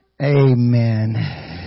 Amen